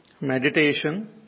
meditation